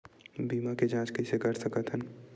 बीमा के जांच कइसे कर सकत हन?